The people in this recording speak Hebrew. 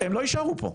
הם לא יישארו פה.